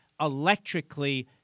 electrically